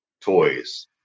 toys